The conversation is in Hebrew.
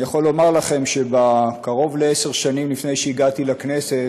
אני יכול לומר לכם שקרוב לעשר שנים לפני שהגעתי לכנסת,